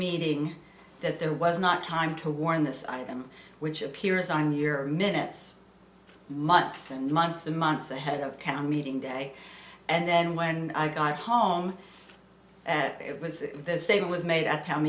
meeting that there was not time to warn this item which appears on your minutes months and months and months ahead of counting meeting day and then when i got home it was the state it was made at town